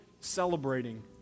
celebrating